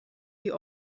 die